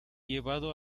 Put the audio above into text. llevado